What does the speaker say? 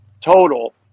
total